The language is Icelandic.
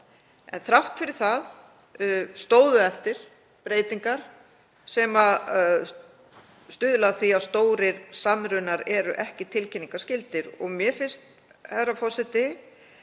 En þrátt fyrir það stóðu eftir breytingar sem stuðla að því að stórir samrunar eru ekki tilkynningarskyldir og mér finnst, herra forseti,